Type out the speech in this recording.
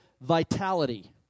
vitality